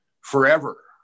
forever